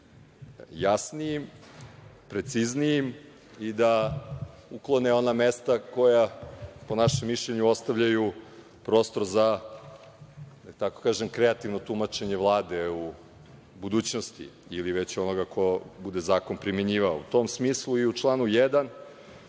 učine jasnijim, preciznijim, i da uklone ona mesta koja po našem mišljenju ostavljaju prostor za tako kažem kreativno tumačenje Vlade u budućnosti ili već ovoga ko bude zakon primenjivao.U tom smislu i u članu 1.